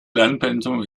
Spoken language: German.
lernpensum